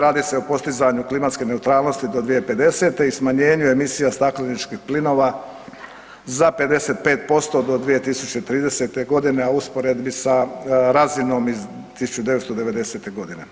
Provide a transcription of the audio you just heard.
Radi se o postizanju klimatske neutralnosti do 2050. i smanjenju emisija stakleničkih plinova za 55% do 2030. godine, a u usporedbi sa razinom iz 1990. godine.